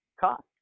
cost